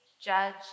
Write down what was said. judge